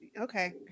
Okay